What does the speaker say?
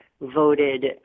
voted